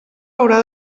haurà